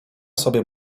sobie